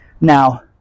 Now